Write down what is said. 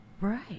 right